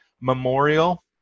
memorial